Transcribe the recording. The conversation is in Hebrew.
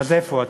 אז איפה אתה?